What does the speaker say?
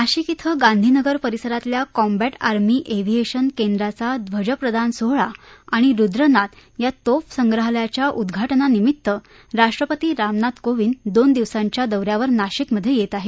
नाशिक इथं गांधीनगर परिसरातल्या combat army aviation केंद्राचा ध्वज प्रदान सोहळा आणि रुद्रनाद या तोफ संग्रहालयाच्या उद्घाटनानिमित्त राष्ट्रपती रामनाथ कोविंद दोन दिवसांच्या दौ यावर नाशिकमध्ये येत आहेत